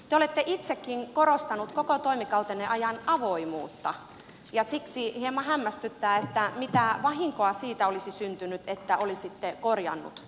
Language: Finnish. te olette itsekin korostanut koko toimikautenne ajan avoimuutta ja siksi hieman hämmästyttää mitä vahinkoa siitä olisi syntynyt että olisitte korjannut tämän tiedon